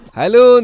Hello